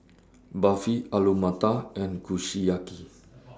Barfi Alu Matar and Kushiyaki